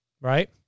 right